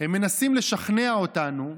הם מנסים לשכנע אותנו,